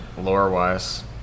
lore-wise